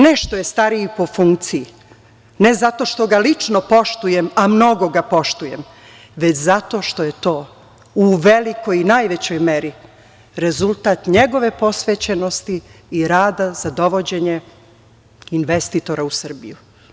Ne što je stariji po funkciji, ne zato što ga lično poštujem, a mnogo ga poštujem, već zato što je to u velikoj, najvećoj meri rezultat njegove posvećenosti i rada za dovođenje investitora u Srbiju.